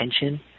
attention